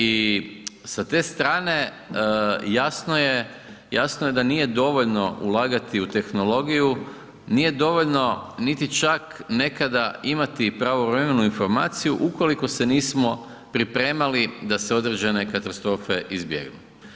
I sa te strane jasno je da nije dovoljno ulagati u tehnologiju, nije dovoljno niti čak nekada imati i pravovremenu informaciju ukoliko se nismo pripremali da se određene katastrofe izbjegnu.